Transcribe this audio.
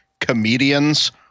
comedians